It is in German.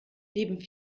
neben